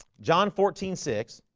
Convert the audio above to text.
john fourteen six